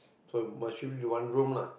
so but shifting to one room lah